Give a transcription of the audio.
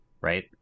right